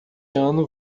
ano